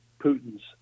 Putin's